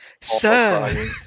Sir